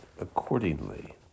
accordingly